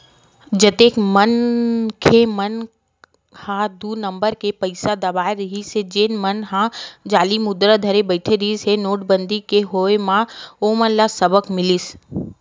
जतेक मनखे मन ह दू नंबर के पइसा दबाए रखे रहिस जेन मन ह जाली मुद्रा धरे बइठे रिहिस हे नोटबंदी के होय म ओमन ल सबक मिलिस